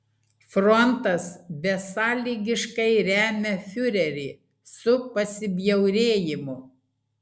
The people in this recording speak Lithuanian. frontas besąlygiškai remia fiurerį su pasibjaurėjimu